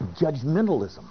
judgmentalism